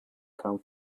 come